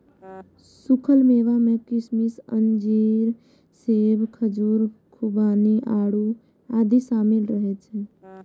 सूखल मेवा मे किशमिश, अंजीर, सेब, खजूर, खुबानी, आड़ू आदि शामिल रहै छै